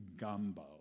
gumbo